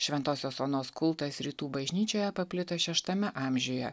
šventosios onos kultas rytų bažnyčioje paplito šeštame amžiuje